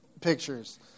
pictures